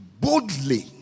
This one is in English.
boldly